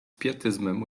pietyzmem